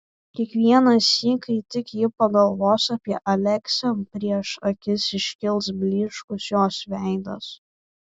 kiekvienąsyk kai tik ji pagalvos apie aleksę prieš akis iškils blyškus jos veidas